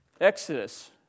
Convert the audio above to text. Exodus